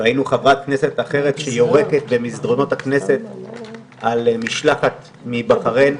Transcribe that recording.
ראינו חברת כנסת אחרת שיורקת במסדרונות הכנסת על משלחת מבחריין.